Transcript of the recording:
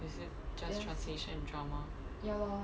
is it just translation and drama